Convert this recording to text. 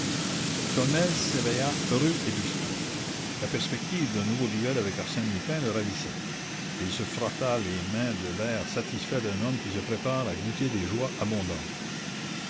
s'éveilla heureux et dispos la perspective d'un nouveau duel avec arsène lupin le ravissait et devant ses compagnons de voyage il se frotta les mains de l'air satisfait d'un homme qui se prépare à goûter des joies abondantes